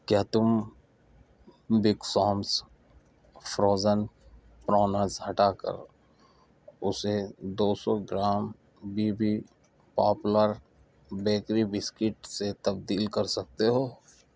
کیا تم big Sam's frozen prawns ہٹا کر اسے دو سو gram B B popular bakery biscuit سے تبدیل کر سکتے ہو